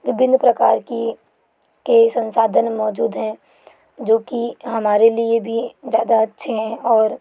विभिन्न प्रकार की के संसाधन मौजूद हैं जो की हमारे लिए भी ज़्यादा अच्छे हैं और